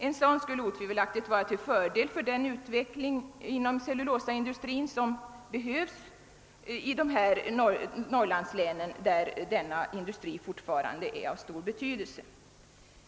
En sådan skulle otvivelaktigt vara till fördel för en utveckling inom cellulosaindustrin som fortfarande har stor betydelse i flera av Norrlandslänen.